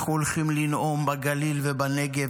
אנחנו הולכים לנאום בגליל ובנגב,